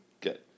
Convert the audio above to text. Good